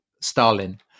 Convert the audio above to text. Stalin